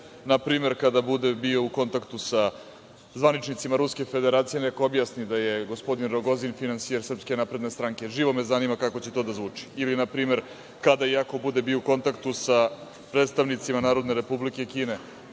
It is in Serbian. Na primer, kada bude bio u kontaktu sa zvaničnicima Ruske Federacije, neka objasni da je gospodin Rogozin finansijer SNS. Živo me zanima kako će to da zvuči ili, na primer, kada i ako bude bio u kontaktu sa predstavnicima Narodne Republike Kine,